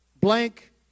blank